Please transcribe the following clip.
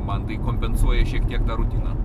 man tai kompensuoja šiek tiek tą rutiną